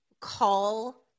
call